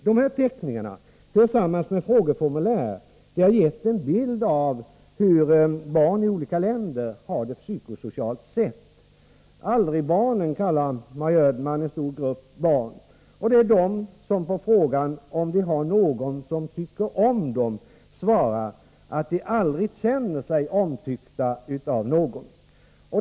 De här teckningarna tillsammans med frågeformulär har gett en bild av hur barn i olika länder har det psykosocialt sett. ”Aldrigbarnen” kallar Maj Ödman en stor grupp barn. Det är de som på frågan om de har någon som tycker om dem svarar att de aldrig känner sig omtyckta av någon.